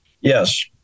Yes